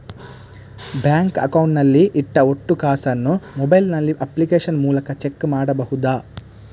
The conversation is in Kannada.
ಬ್ಯಾಂಕ್ ಅಕೌಂಟ್ ನಲ್ಲಿ ಇಟ್ಟ ಒಟ್ಟು ಕಾಸನ್ನು ಮೊಬೈಲ್ ನಲ್ಲಿ ಅಪ್ಲಿಕೇಶನ್ ಮೂಲಕ ಚೆಕ್ ಮಾಡಬಹುದಾ?